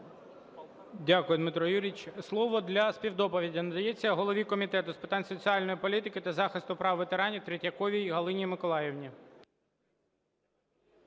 Дякую, Дмитро Юрійович. Слово для співдоповіді надається голові Комітету з питань соціальної політики та захисту прав ветеранів Третьяковій Галині Миколаївні.